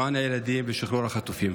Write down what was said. למען הילדים ושחרור החטופים.